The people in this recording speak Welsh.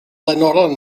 flaenorol